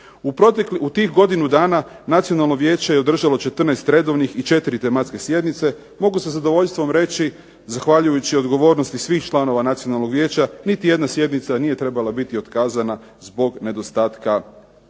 U tih godinu dana nacionalno vijeće je održalo 14 redovnih i 4 tematske sjednice. Mogu sa zadovoljstvom reći, zahvaljujući odgovornosti svih članova nacionalnog vijeća, niti jedna sjednica nije trebala biti otkazana zbog nedostatka